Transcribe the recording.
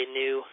new